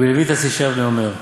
"רבי לויטס איש יבנה אומר,